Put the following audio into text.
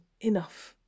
enough